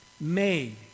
made